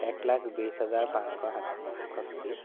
এক লাখ বিছ হাজাৰ পাঁচশ সাতষষ্টি